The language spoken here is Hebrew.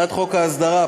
2. הצעת חוק ההסדרה,